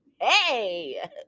hey